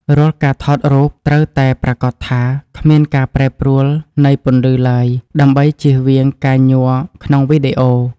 រាល់ការថតរូបត្រូវតែប្រាកដថាគ្មានការប្រែប្រួលនៃពន្លឺឡើយដើម្បីជៀសវាងការញ័រក្នុងវីដេអូ។